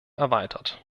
erweitert